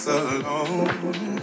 alone